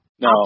No